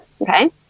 Okay